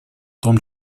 том